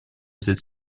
взять